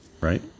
right